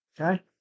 Okay